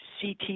CT